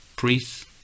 priests